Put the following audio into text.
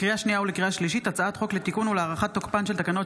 לקריאה שנייה ולקריאה שלישית: הצעת חוק לתיקון ולהארכת תוקפן של תקנות